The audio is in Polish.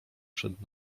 przed